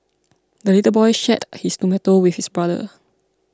the little boy shared his tomato with his brother